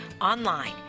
online